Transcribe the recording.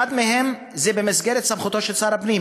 אחד מהם הוא במסגרת סמכותו של שר הפנים,